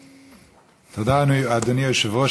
תודה, אדוני היושב-ראש.